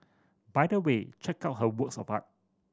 by the way check out her works of art